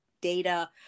data